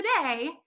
Today